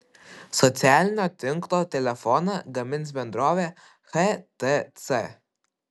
socialinio tinklo telefoną gamins bendrovė htc